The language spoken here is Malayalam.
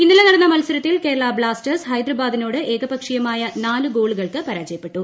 ഇന്നലെ നടന്ന മത്സരത്തിൽ കേരള ബ്ലാസ്റ്റേഴ്സ് ഹൈദരാബാദിനോട് ഏകപക്ഷീയമായ നാലു ഗോളുകൾക്ക് പരാജയപ്പെട്ടു